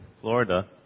Florida